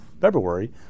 February